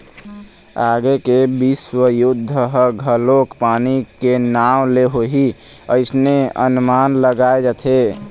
आगे के बिस्व युद्ध ह घलोक पानी के नांव ले होही अइसने अनमान लगाय जाथे